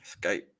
Skype